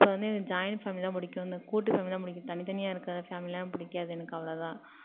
அப்போ வந்து எனக்கு ஜாயின்ட் ஃபேமிலிதான் பிடிக்கும் இந்த கூட்டு ஃபேமிலிதான் பிடிக்கும் தனி தனியாக இருக்கிற ஃபேமிலியெலாம் எனக்கு பிடிக்காது எனக்கு அவளோதா